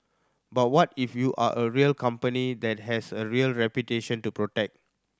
but what if you are a real company that has a real reputation to protect